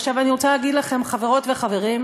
עכשיו אני רוצה להגיד לכם, חברות וחברים,